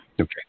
Okay